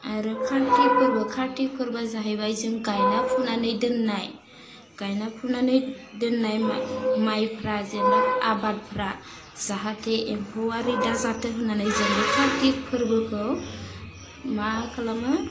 आरो कारति फोरबो कारति फोरबोआ जाहैबाय जों गायनाय फुनानै दोन्नाय गायना फुनानै दोन्नाय माइ माइफ्रा जेनेबा आबादफ्रा जाहाथे एम्फौआ रिदा जाथों होन्नानै जों बे कार्तिक फोरबोखौ मा खालामो